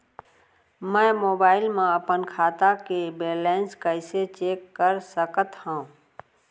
मैं मोबाइल मा अपन खाता के बैलेन्स कइसे चेक कर सकत हव?